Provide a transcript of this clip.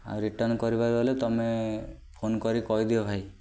ଆଉ ରିଟର୍ନ୍ କରିବାର ହେଲେ ତୁମେ ଫୋନ କରିିକି କହିଦିଅ ଭାଇ